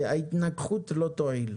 ההתנגחות לא תועיל.